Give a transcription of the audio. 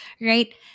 right